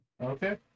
Okay